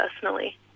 personally